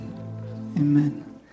Amen